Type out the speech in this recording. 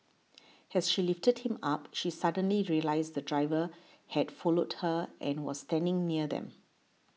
as she lifted him up she suddenly realised the driver had followed her and was standing near them